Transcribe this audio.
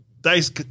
Dice